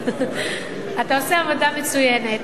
אתה עושה עבודה מצוינת.